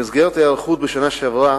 במסגרת ההיערכות בשנה שעברה